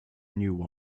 new